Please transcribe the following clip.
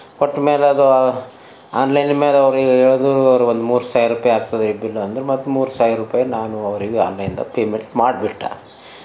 ಕೊಟ್ಟ ಮೇಲೆ ಅದು ಆನ್ಲೈನ್ ಮೇಲೆ ಅವರಿಗೆ ಹೇಳಿದ್ರು ಅವ್ರು ಒಂದು ಮೂರು ಸಾವ್ರ ರೂಪಾಯಿ ಆಗ್ತದೆ ಬಿಲ್ ಅಂದರು ಮತ್ತು ಮೂರು ಸಾವಿರ ರೂಪಾಯಿ ನಾನು ಅವರಿಗೆ ಆನ್ಲೈನ್ದಾಗ ಪೇಮೆಂಟ್ ಮಾಡಿಬಿಟ್ಟ